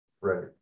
Right